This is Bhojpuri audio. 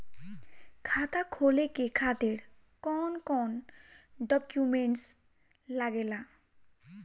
खाता खोले के खातिर कौन कौन डॉक्यूमेंट लागेला?